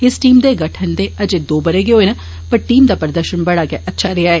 इस टीम दे गठन दे अजें दो बरे गै होए न पर टीम दा प्रदर्शन बडा गै अच्छा रेआ ऐ